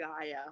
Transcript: Gaia